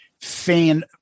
fan